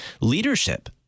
leadership